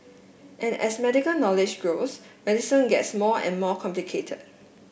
and as medical knowledge grows medicine gets more and more complicated